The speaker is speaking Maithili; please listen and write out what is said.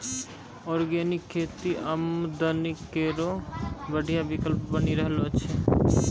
ऑर्गेनिक खेती आमदनी केरो बढ़िया विकल्प बनी रहलो छै